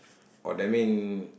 oh that mean